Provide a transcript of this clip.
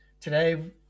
Today